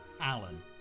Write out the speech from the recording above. Alan